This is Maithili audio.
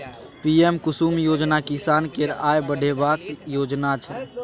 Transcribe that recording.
पीएम कुसुम योजना किसान केर आय बढ़ेबाक योजना छै